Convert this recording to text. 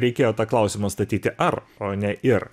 reikėjo tą klausimą statyti ar o ne ir